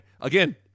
again